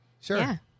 Sure